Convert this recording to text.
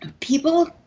people